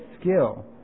skill